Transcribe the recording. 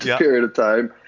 yeah period of time.